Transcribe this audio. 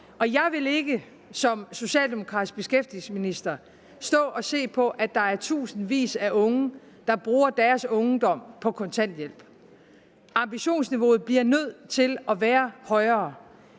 Jeg vil ikke som socialdemokratisk beskæftigelsesminister stå og se på, at der er tusindvis af unge, der bruger deres ungdom på kontanthjælp. Ambitionsniveauet bliver nødt til at være højere.